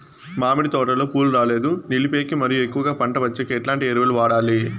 మామిడి తోటలో పూలు రాలేదు నిలిపేకి మరియు ఎక్కువగా పంట వచ్చేకి ఎట్లాంటి ఎరువులు వాడాలి?